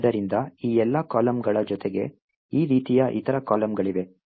ಆದ್ದರಿಂದ ಈ ಎಲ್ಲಾ ಕಾಲಮ್ಗಳ ಜೊತೆಗೆ ಈ ರೀತಿಯ ಇತರ ಕಾಲಮ್ಗಳಿವೆ